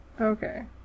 Okay